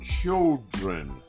children